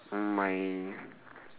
uh my